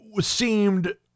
seemed